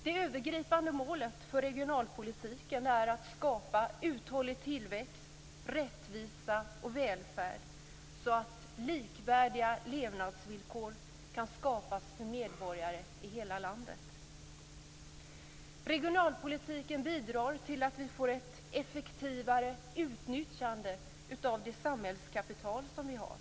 Det övergripande målet för regionalpolitiken är att skapa uthållig tillväxt, rättvisa och välfärd så att likvärdiga levnadsvillkor kan skapas för medborgare i hela landet. Regionalpolitiken bidrar till att vi får ett effektivare utnyttjande av det samhällskapital som vi har.